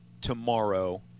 tomorrow –